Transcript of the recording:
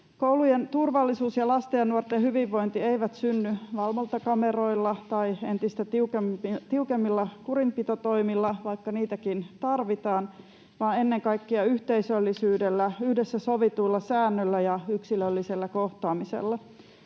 Koulujen turvallisuus ja lasten ja nuorten hyvinvointi eivät synny valvontakameroilla tai entistä tiukemmilla kurinpitotoimilla, vaikka niitäkin tarvitaan, vaan ennen kaikkea yhteisöllisyydellä, yhdessä sovituilla säännöillä ja yksilöllisellä kohtaamisella.